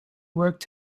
worked